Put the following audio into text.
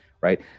right